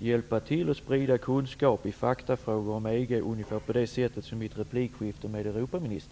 hjälpa till och sprida kunskaper i faktafrågor som gäller EG ungefär på det sätt som skedde i mitt replikskifte med Europaministern?